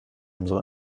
unsere